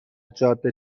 جاده